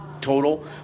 total